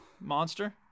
Monster